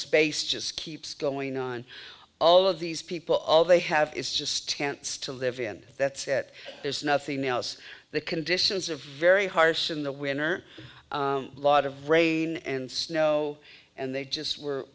space just keeps going on all of these people all they have is just chance to live in that's it there's nothing else the conditions are very harsh in the winner lot of rain and snow and they just were